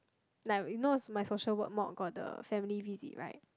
like you know my social work mod got the family visit right